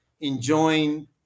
enjoying